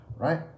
Right